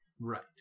Right